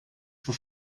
for